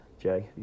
Jay